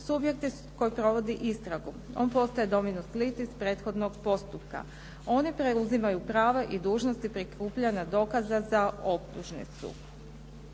subjekt je koji provodi istragu. On postaje dominus litis prethodnog postupka. Oni preuzimaju prava i dužnosti prikupljanja dokaza za optužnicu.